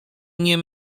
nie